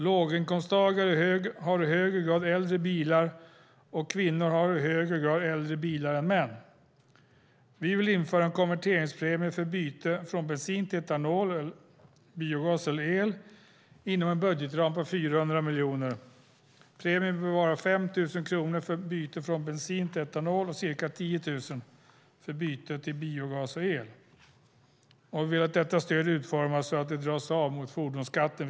Låginkomsttagare har i högre grad äldre bilar, och kvinnor har i högre grad äldre bilar än män. Vi vill införa en konverteringspremie för byte från bensin till etanol, biogas eller el inom en budgetram på 400 miljoner kronor. Premien bör vara 5 000 kronor för byte från bensin till etanol och ca 10 000 kronor för byte till biogas och el. Vi vill att stödet utformas så att det dras av mot fordonsskatten.